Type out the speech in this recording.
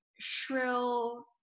shrill